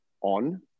on